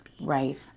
Right